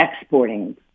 exporting